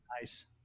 Nice